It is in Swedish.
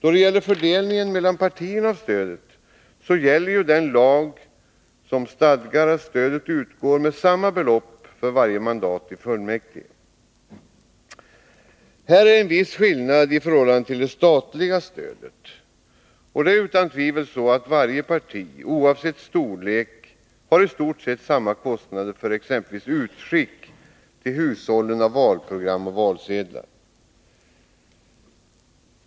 Beträffande fördelningen mellan partierna av stödet gäller den lag som stadgar att stödet utgår med samma belopp för varje mandat i fullmäktige. Här finns en viss skillnad i förhållande till det statliga stödet. Varje parti, oavsett storlek, har utan tvivel i stort sett samma kostnader för exempelvis utskick till hushållen av valprogram och valsedlar.